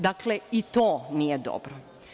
Dakle, i to nije dobro.